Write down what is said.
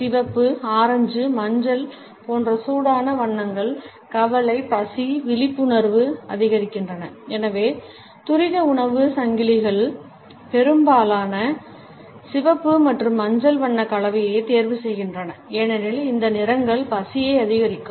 சிவப்பு ஆரஞ்சு மஞ்சள் போன்ற சூடான வண்ணங்கள் கவலை பசி விழிப்புணர்வை அதிகரிக்கின்றன எனவே துரித உணவு சங்கிலிகள் பெரும்பாலும் சிவப்பு மற்றும் மஞ்சள் வண்ண கலவையை தேர்வு செய்கின்றன ஏனெனில் இந்த நிறங்கள் பசியை அதிகரிக்கும்